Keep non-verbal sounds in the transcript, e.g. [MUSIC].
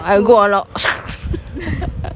I'll go unlock [NOISE]